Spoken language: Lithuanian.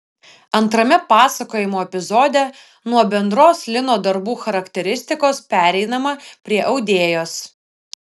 antrame pasakojimo epizode nuo bendros lino darbų charakteristikos pereinama prie audėjos